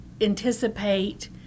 anticipate